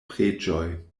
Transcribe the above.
preĝoj